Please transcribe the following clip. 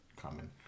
common